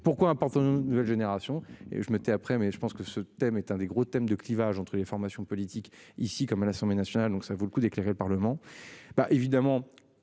pourquoi important nouvelle génération et je mettais après mais je pense que ce thème est un des gros thèmes de clivage entre les formations politiques ici comme à l'Assemblée nationale. Donc ça vaut le coup d'éclairer le Parlement